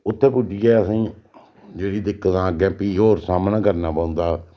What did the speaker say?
ते उत्थै पुज्जियै असेंई जेह्ड़ी दिक्कतां अग्गें फ्ही होर सामना करना पौंदा